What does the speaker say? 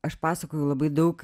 aš pasakoju labai daug